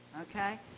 okay